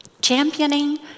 Championing